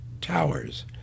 Towers